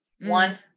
one